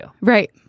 Right